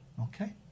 Okay